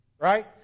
Right